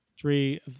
Three